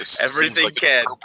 Everything-can